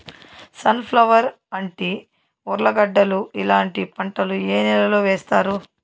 Sun flower, అంటి, ఉర్లగడ్డలు ఇలాంటి పంటలు ఏ నెలలో వేస్తారు?